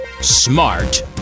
smart